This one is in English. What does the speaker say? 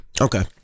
okay